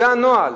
זה הנוהל.